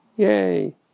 Yay